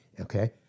Okay